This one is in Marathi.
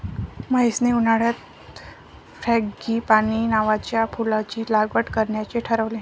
महेशने उन्हाळ्यात फ्रँगीपानी नावाच्या फुलाची लागवड करण्याचे ठरवले